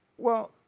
well,